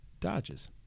dodges